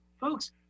folks